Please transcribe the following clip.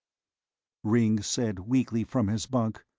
ringg said weakly from his bunk,